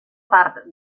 part